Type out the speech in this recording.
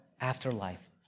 afterlife